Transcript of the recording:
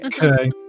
Okay